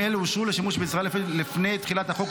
אם אלה אושרו לשימוש בישראל לפני תחילת החוק,